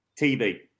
TV